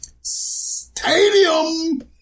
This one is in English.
Stadium